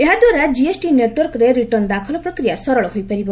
ଏହାଦ୍ୱାରା କିଏସ୍ଟି ନେଟ୍ୱର୍କରେ ରିଟର୍ଣ୍ଣ ଦାଖଲ ପ୍ରକ୍ରିୟା ସରଳ ହୋଇପାରିବ